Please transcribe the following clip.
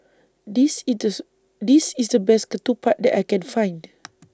This This IS The Best Ketupat that I Can Find